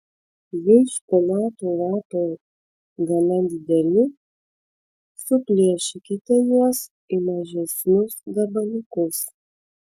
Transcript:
jei špinatų lapai gana dideli suplėšykite juos į mažesnius gabaliukus